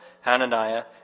Hananiah